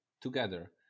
together